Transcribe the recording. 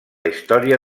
història